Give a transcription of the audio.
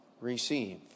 receive